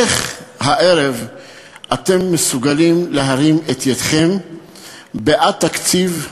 איך אתם מסוגלים להרים הערב את ידיכם בעד התקציב?